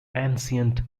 ancient